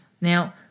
Now